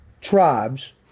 tribes